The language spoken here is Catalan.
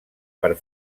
per